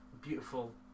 beautiful